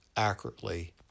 Accurately